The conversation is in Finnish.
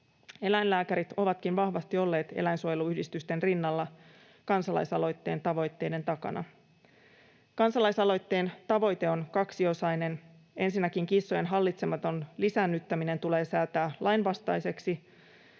Eläinlääkärit ovatkin vahvasti olleet eläinsuojeluyhdistysten rinnalla kansalaisaloitteen tavoitteiden takana. Kansalaisaloitteen tavoite on kaksiosainen: Ensinnäkin kissojen hallitsematon lisäännyttäminen tulee säätää lainvastaiseksi.